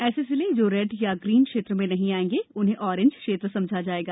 ऐसे जिले जो रेड अथवा ग्रीन क्षेत्र में नहीं आयेंगे उन्हें ऑरेंज क्षेत्र समझा जाएगा